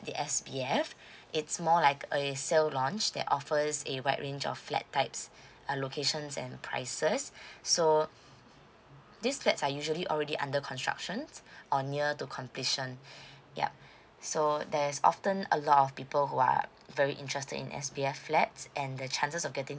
the S_B_F it's more like a sale launch that offers a wide range of flat types uh locations and prices so this flats are usually already under constructions or near to completion yup so there's often a lot of people who are very interested in S_B_F flats and the chances of getting